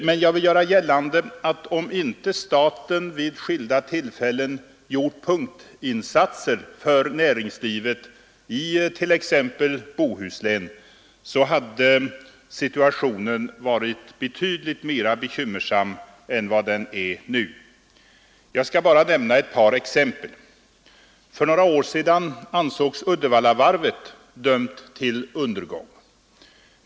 Men jag vill göra gällande att om inte staten vid skilda tillfällen gjort punktinsatser för näringslivet i Bohuslän, hade situationen varit betydligt mera bekymmersam än vad den är nu. Jag skall bara nämna ett par exempel. För några år sedan betraktades Uddevallavarvet som dömt till undergång.